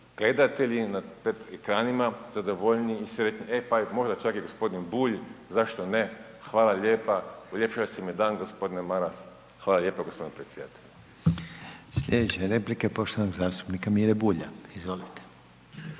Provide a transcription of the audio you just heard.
gledatelji na ekranima zadovoljniji i sretniji, e pa možda čak i g. Bulj, zašto ne? Hvala lijepa, uljepšali ste mi dan g. Maras. Hvala lijepo g. predsjedatelju. **Reiner, Željko (HDZ)** Sljedeća replika je poštovanog zastupnika Mire Bulja, izvolite.